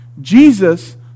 Jesus